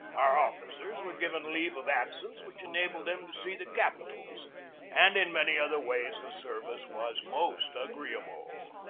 our officers were given leave of absence which enabled them to see the capitals and in many other ways the service was most agree able.